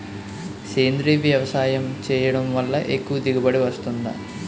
సేంద్రీయ వ్యవసాయం చేయడం వల్ల ఎక్కువ దిగుబడి వస్తుందా?